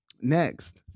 next